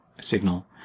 signal